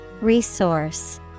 Resource